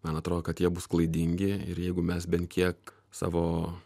man atrodo kad jie bus klaidingi ir jeigu mes bent kiek savo